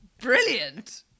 brilliant